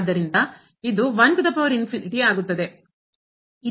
ಆದ್ದರಿಂದಇದು ಆಗುತ್ತದೆ ಇದು